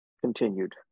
continued